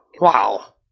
Wow